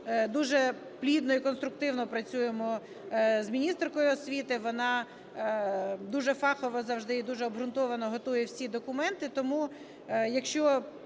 дуже плідно і конструктивно працюємо з міністеркою освіти, вона дуже фахово завжди і дуже обґрунтовано готує всі документи, тому якщо,